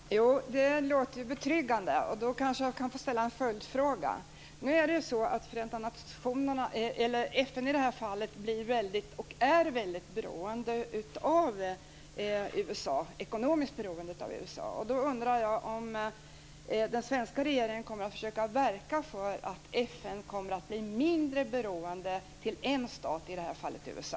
Fru talman! Det låter ju betryggande. Då kanske jag kan få ställa en följdfråga. Nu är det ju så att FN i det här fallet är väldigt ekonomiskt beroende av USA. Då undrar jag om den svenska regeringen kommer att försöka verka för att FN kommer att bli mindre beroende av en stat, i det här fallet USA.